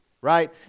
right